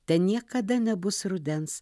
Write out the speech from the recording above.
ten niekada nebus rudens